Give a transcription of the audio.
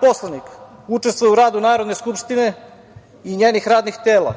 poslanik učestvuje u radu Narodne skupštine i njenih radnih tela,